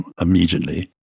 immediately